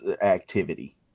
activity